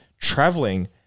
traveling